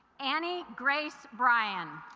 annie grace brian